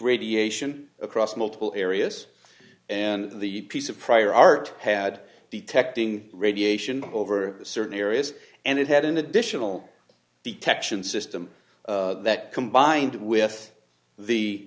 radiation across multiple areas and the piece of prior art had detecting radiation over a certain areas and it had an additional detection system that combined with the